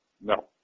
No